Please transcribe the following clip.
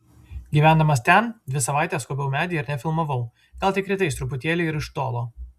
gyvendamas ten dvi savaites skobiau medį ir nefilmavau gal tik rytais truputėlį ir iš tolo